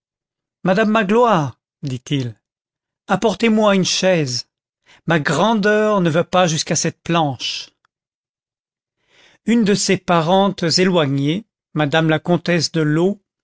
madame magloire dit-il apportez-moi une chaise ma grandeur ne va pas jusqu'à cette planche une de ses parentes éloignées madame la comtesse de